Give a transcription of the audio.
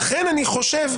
לכן אני חושב,